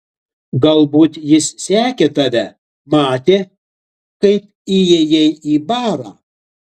galbūt jis sekė tave matė kaip įėjai į barą